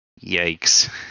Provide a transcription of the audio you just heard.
Yikes